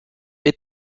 est